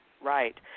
right